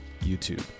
YouTube